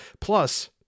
Plus